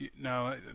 No